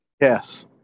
Yes